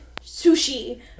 sushi